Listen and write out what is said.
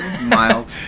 Mild